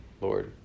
Lord